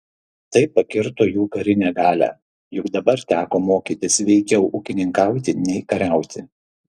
tai pakirto jų karinę galią juk dabar teko mokytis veikiau ūkininkauti nei kariauti